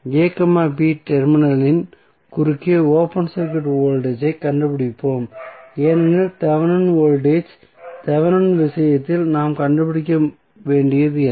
a b டெர்மினலின் குறுக்கே open circuit voltage ஐக் கண்டுபிடிப்போம் ஏனெனில் தெவெனின் வோல்டேஜ் தெவெனின் விஷயத்தில் நாம் கண்டுபிடிக்க வேண்டியது என்ன